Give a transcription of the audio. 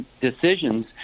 decisions